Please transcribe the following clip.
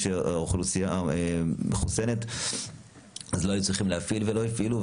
הם לא היו צריכים להפעיל את החוק.